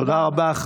תודה רבה.